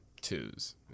twos